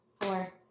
four